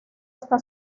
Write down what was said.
hasta